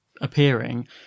appearing